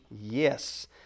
Yes